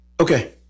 Okay